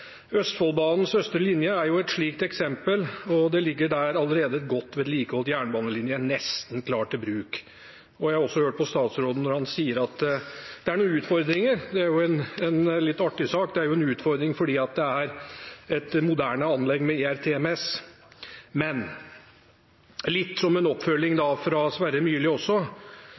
Østfoldbanens østre linje er et slikt eksempel. Det ligger der allerede en godt vedlikeholdt jernbanelinje nesten klar til bruk. Jeg har hørt på statsråden når han har sagt at det er noen utfordringer, og det er jo en litt artig sak: Det er en utfordring fordi det er et moderne anlegg med ERTMS. Litt som en oppfølging av Sverre